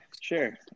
Sure